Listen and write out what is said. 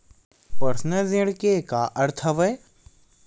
Personal ऋण के का अर्थ हवय?